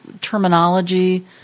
terminology